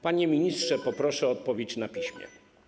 Panie ministrze, poproszę o odpowiedź na piśmie.